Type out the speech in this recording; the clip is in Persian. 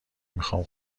میخوام